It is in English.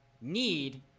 need